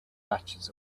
patches